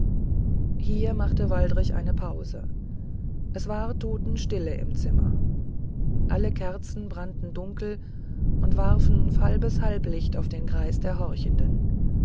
hier machte waldrich eine pause es war totenstille im zimmer alle kerzen brannten dunkel und warfen falbes halblicht auf den kreis der horchenden